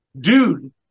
Dude